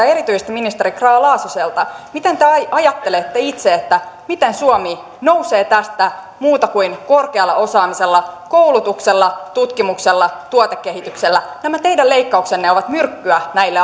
erityisesti ministeri grahn laasoselta miten te ajattelette itse miten suomi nousee tästä muuta kuin korkealla osaamisella koulutuksella tutkimuksella ja tuotekehityksellä nämä teidän leikkauksenne ovat myrkkyä näille